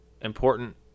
important